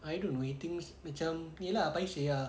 I don't know he thinks macam ye lah paiseh ah